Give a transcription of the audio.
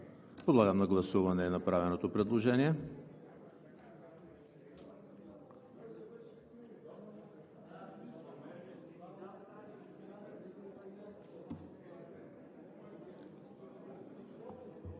Подлагам на гласуване направеното предложение.